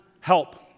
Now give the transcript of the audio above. help